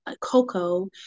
Coco